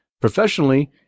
Professionally